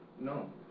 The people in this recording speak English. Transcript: No